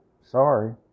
sorry